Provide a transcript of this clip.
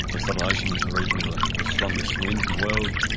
the southern ocean is the region of the the strongest winds in the world,